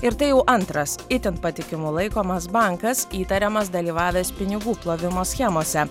ir tai jau antras itin patikimu laikomas bankas įtariamas dalyvavęs pinigų plovimo schemose